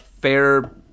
fair